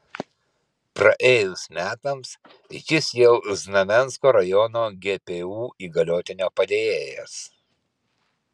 praėjus metams jis jau znamensko rajono gpu įgaliotinio padėjėjas